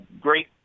great